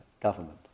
government